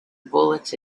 bullets